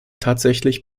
tatsächlich